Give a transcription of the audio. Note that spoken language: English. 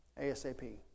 ASAP